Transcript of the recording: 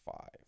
five